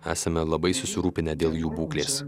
esame labai susirūpinę dėl jų būklės